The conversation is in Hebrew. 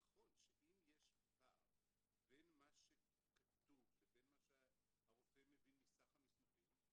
נכון שאם יש פער בין מה שכתוב לבין מה שהרופא מבין מסך המסמכים,